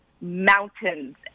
mountains